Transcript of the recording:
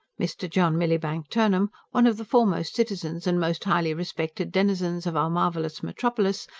mr. john millibank turnham, one of the foremost citizens and most highly respected denizens of our marvellous metropolis,